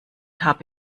habe